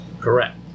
Correct